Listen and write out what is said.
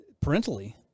parentally